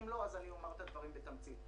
ואם לא אז אומר את הדברים בתמצית.